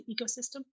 ecosystem